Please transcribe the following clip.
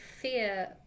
fear